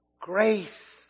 grace